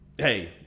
Hey